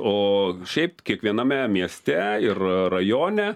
o šiaip kiekviename mieste ir rajone